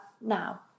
now